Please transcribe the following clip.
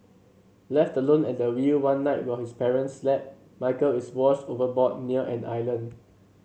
left alone at the wheel one night while his parents slept Michael is washed overboard near an island